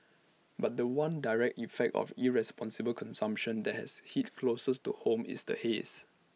but The One direct effect of irresponsible consumption that has hit closest to home is the haze